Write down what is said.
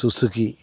Suzuki